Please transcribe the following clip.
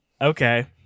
okay